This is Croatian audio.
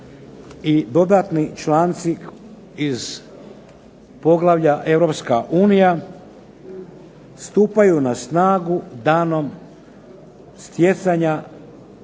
dodatni članci iz poglavlja Europska unija stupaju na snagu danom stjecanja,